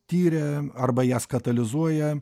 tiria arba jas katalizuoja